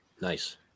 nice